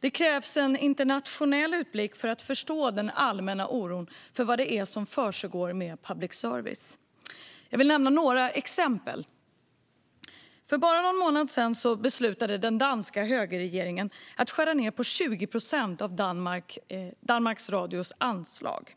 Det krävs en internationell utblick för att förstå den allmänna oron för vad som händer med public service. Jag vill nämna några exempel. För bara någon månad sedan beslutade den danska högerregeringen att skära ned på Danmarks Radios anslag med 20 procent.